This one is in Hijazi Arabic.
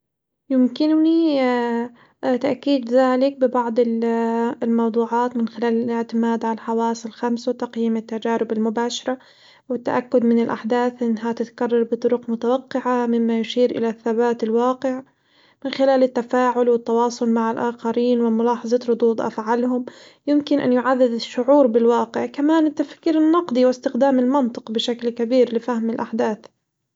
يمكنني تأكيد ذلك ببعض الموضوعات من خلال الاعتماد على الحواس الخمس وتقييم التجارب المباشرة والتأكد من الأحداث إنها تتكرر بطرق متوقعة، مما يشير إلى الثبات الواقع من خلال التفاعل والتواصل مع الآخرين وملاحظة ردود أفعالهم يمكن أن يعزز الشعور بالواقع، كمان التفكير النقدي واستخدام المنطق بشكل كبير لفهم الأحداث.